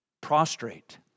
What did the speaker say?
Prostrate